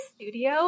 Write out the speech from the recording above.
studio